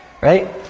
Right